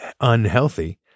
unhealthy